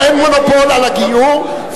אין מונופול על הגיור,